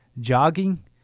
jogging